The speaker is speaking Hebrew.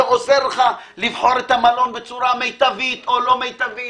האם זה עוזר לך לבחור את המלון בצורה מיטבית או לא מיטבית.